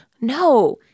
No